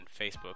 Facebook